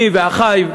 אני ואחי.